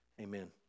amen